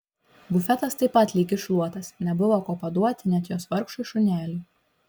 bufetas taip pat lyg iššluotas nebuvo ko paduoti net jos vargšui šuneliui